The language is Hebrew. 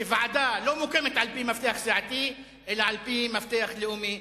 שוועדה לא מוקמת על-פי מפתח סיעתי אלא על-פי מפתח לאומי.